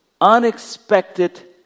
unexpected